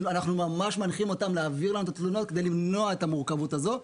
אנחנו ממש מנחים אותם להעביר לנו את התלונות כדי למנוע את המורכבות הזו,